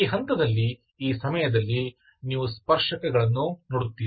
ಈ ಹಂತದಲ್ಲಿ ಈ ಸಮಯದಲ್ಲಿ ನೀವು ಸ್ಪರ್ಶಕಗಳನ್ನು ನೋಡುತ್ತೀರಿ